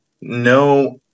no